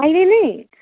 मैले नि